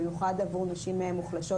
במיוחד עבור נשים מוחלשות.